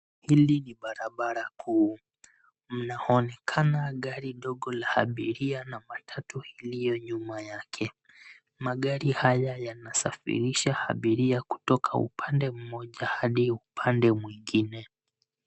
Hili ni barabara kuu mnaonekana gari dogo la abiria na matatu iliyo nyuma yake. Magari haya yanasafirisha abiria kutoka upande mmoja hadi upande mwingine.